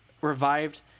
revived